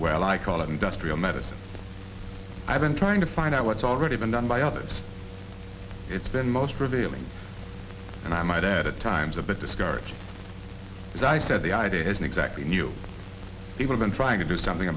well i call it industrial medicine i've been trying to find out what's already been done by others it's been most revealing and i might add at times a bit discouraged as i said the idea isn't exactly new people been trying to do something